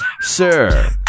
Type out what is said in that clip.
Sir